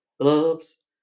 gloves